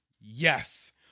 yes